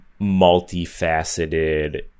multifaceted